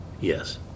Yes